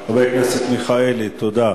הכנסת מיכאלי, תודה.